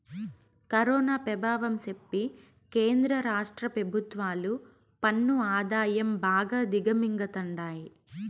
corona పెభావం సెప్పి కేంద్ర రాష్ట్ర పెభుత్వాలు పన్ను ఆదాయం బాగా దిగమింగతండాయి